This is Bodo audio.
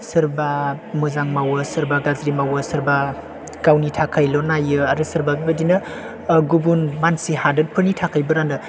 सोरबा मोजां मावो सोरबा गाज्रि मावो सोरबा गावनि थाखायल' नायो आरो सोरबा बेबादिनो गुबुन मानसि हादोरफोरनि थाखायबो रानो